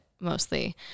mostly